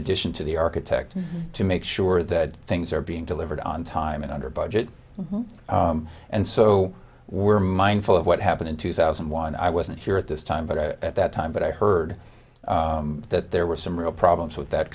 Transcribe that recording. addition to the architect to make sure that things are being delivered on time and under budget and so we're mindful of what happened in two thousand and one i wasn't here at this time but at that time but i heard that there were some real problems with that